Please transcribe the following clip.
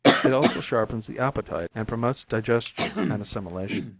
it also sharpens the appetite and promotes digestion and assimilation.